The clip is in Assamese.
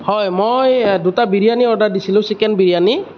হয় মই দুটা বিৰিয়ানী অৰ্ডাৰ দিছিলোঁ চিকেন বিৰিয়ানী